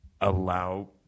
allow